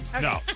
No